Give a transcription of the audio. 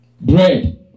bread